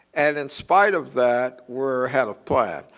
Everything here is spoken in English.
and in spite of that, we're ahead of plan.